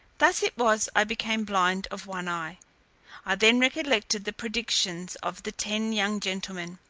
thus it was i became blind of one eye. i then recollected the predictions of the ten young gentlemen.